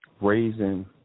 raising